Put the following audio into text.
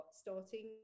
starting